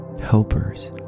helpers